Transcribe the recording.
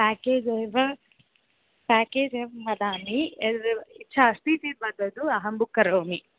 package एव package एवं वदामि यद् इच्छा अस्ति चेत् वदतु अहं बुक् करोमि